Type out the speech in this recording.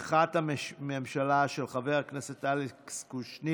ההצעה להעביר את הצעת חוק הספורט (תיקון,